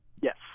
Yes